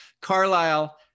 Carlisle